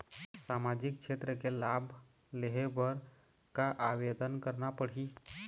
सामाजिक क्षेत्र के लाभ लेहे बर का आवेदन करना पड़ही?